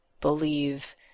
believe